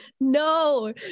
no